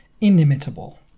inimitable